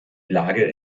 lage